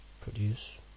produce